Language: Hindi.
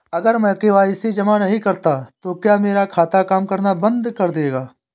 अगर मैं के.वाई.सी जमा नहीं करता तो क्या मेरा खाता काम करना बंद कर देगा?